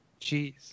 Jeez